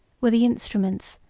were the instruments,